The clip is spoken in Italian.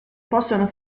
possono